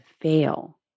fail